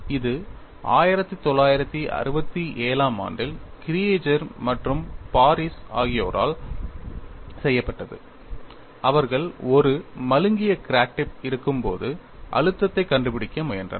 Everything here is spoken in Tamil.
இது 1967 ஆம் ஆண்டில் கிரியேஜர் மற்றும் பாரிஸ் ஆகியோரால் செய்யப்பட்டது அவர்கள் ஒரு மழுங்கிய கிராக் டிப் இருக்கும்போது அழுத்தத்தை கண்டுபிடிக்க முயன்றனர்